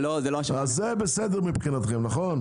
זה בסדר מבחינתכם, נכון?